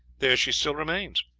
there she still remains,